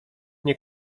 nie